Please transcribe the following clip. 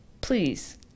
please